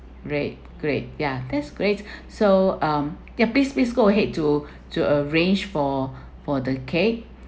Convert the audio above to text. great great yeah that's great so um ya please please go ahead to to arrange for for the cake